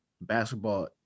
Basketball